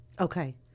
Okay